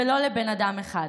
ולא לבן אדם אחד.